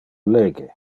lege